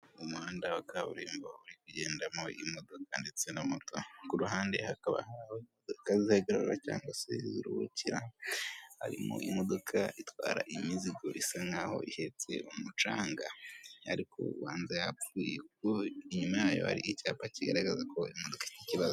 Umuhanda wa kaburimbo uri kugendamo imodoka ndetse na moto, ku ruhande hakaba hari aho imodoka zihagarara cyangwa se ziruhukira, harimo imodoka itwara imizigo isa nkaho ihetse umucanga, ariko ubanza yapfuye kuko inyuma yayo hari icyapa kigaragaza ko imodoka ifite ikibazo.